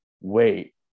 wait